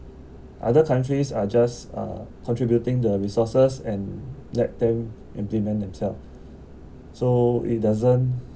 other countries are just uh contributing the resources and let them implement themselves so it doesn't